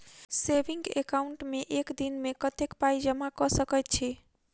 Saving account मे एक दिनमे कतेक पाई जमा कऽ सकैत छी?